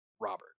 Robert